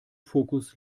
fokus